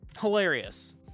hilarious